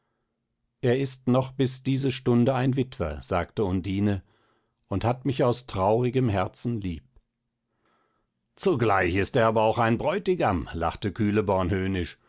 er ist noch bis diese stunde ein witwer sagte undine und hat mich aus traurigem herzen lieb zugleich ist er aber auch ein bräutigam lachte